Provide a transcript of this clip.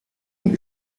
und